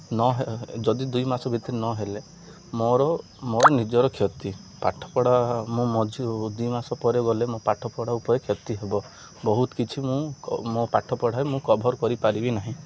ନ ଯଦି ଦୁଇ ମାସ ଭିତରେ ନହେଲେ ମୋର ମୋର ନିଜର କ୍ଷତି ପାଠପଢ଼ା ମୁଁ ମଝି ଦୁଇ ମାସ ପରେ ଗଲେ ମୋ ପାଠପଢ଼ା ଉପରେ କ୍ଷତି ହେବ ବହୁତ କିଛି ମୁଁ ମୋ ପାଠ ପଢ଼ାରେ ମୁଁ କଭର୍ କରିପାରିବି ନାହିଁ